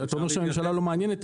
אתה אומר שהממשלה לא מעניינת,